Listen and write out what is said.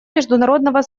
международного